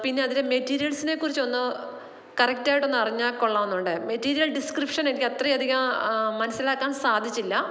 പിന്നെ അതിന്റെ മെറ്റീരിയല്സിനെ കുറിച്ച് ഒന്ന് കറക്റ്റായിട്ട് ഒന്ന് അറിഞ്ഞാൽ കൊള്ളാമെന്നുണ്ടായിരുന്നു മെറ്റീരിയല് ഡിസ്ക്രിപ്ഷന് ഒക്കെ അത്രയധികം മനസിലാക്കാന് സാധിച്ചില്ല